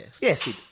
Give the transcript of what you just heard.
Yes